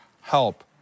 help